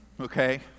okay